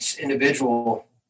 individual